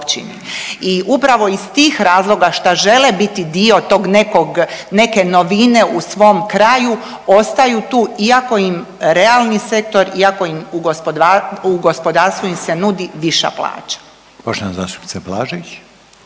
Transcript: I upravo iz tih razloga šta žele biti dio tog nekog, neke novine u svom kraju ostaju tu iako im realni sektor, iako im u gospoda…, u gospodarstvu im se nudi viša plaća.